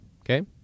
Okay